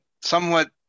somewhat